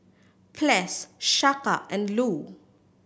Ples Chaka and Lou